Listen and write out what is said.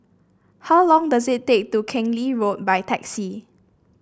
how long does it take to Keng Lee Road by taxi